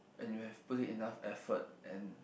and you have put it enough effort and